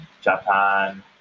Japan